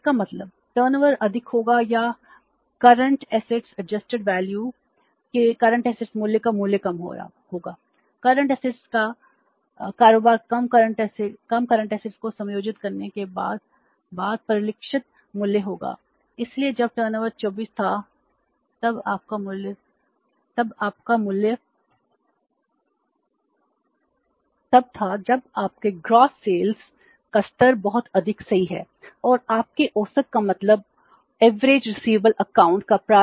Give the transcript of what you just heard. तो इसका मतलब टर्नओवर की प्राप्य राशि काफी कम है